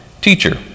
teacher